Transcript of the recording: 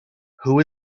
who